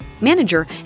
manager